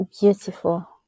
beautiful